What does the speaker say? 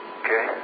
okay